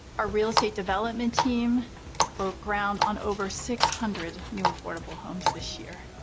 our real estate development team broke ground on over six hundred new affordable homes this year.